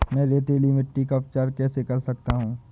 मैं रेतीली मिट्टी का उपचार कैसे कर सकता हूँ?